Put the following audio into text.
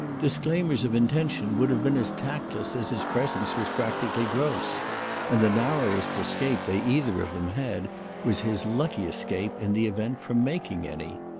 disclaimers of intention would have been as tactless as his presence was practically gross and the narrowest escape they either of them had was his lucky escape, in the event, from making any.